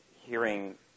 hearing